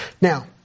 Now